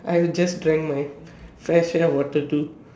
I have just drank my fresh air water too